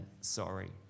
sorry